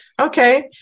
Okay